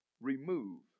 remove